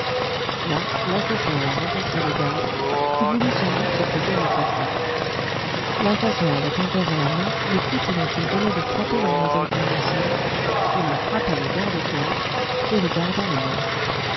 là l'assassin a rencontré le garde qui voulut sans doute s'opposer à sa fuite l'assassin avait encore à la main le couteau dont il venait de frapper mlle stangerson il en frappa le garde au cœur et le garde en est mort